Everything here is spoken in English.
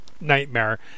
nightmare